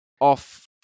off